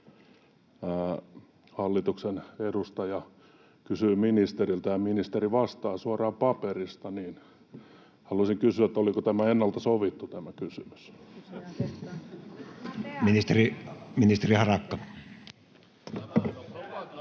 hallituksen edustaja kysyi ministeriltä ja ministeri vastaa suoraan paperista. Haluaisin kysyä, oliko tämä kysymys ennalta sovittu. [Perussuomalaisten